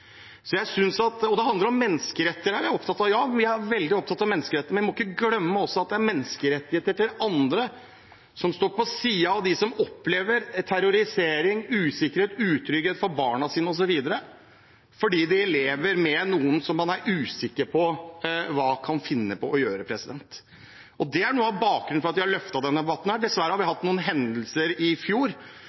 Det handler om menneskerettigheter. Det er jeg opptatt av. Ja, vi er veldig opptatt av menneskerettigheter, men vi må ikke glemme at det også er menneskerettigheter for andre, de som står på siden, og som opplever terrorisering, usikkerhet, utrygghet for barna sine osv., fordi de lever med noen som man er usikker på hva kan finne på å gjøre. Det er noe av bakgrunnen for at vi har løftet denne debatten. Dessverre hadde vi noen hendelser i fjor,